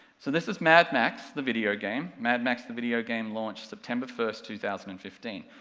so this is mad max the video game, mad max the video game launched september first two thousand and fifteen,